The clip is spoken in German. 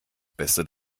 beste